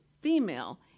female